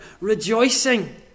Rejoicing